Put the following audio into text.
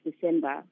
December